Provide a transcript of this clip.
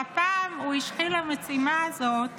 והפעם הוא השחיל למשימה הזאת